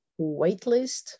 waitlist